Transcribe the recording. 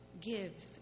gives